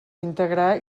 integrar